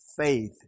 faith